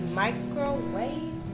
microwave